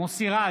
מוסי רז,